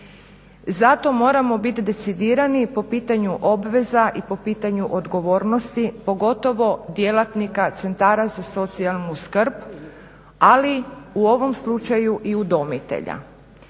Zato moramo biti decidirani po pitanju obveza i po pitanju odgovornosti pogotovo djelatnika centara za socijalnu skrb ali u ovom slučaju i udomitelja.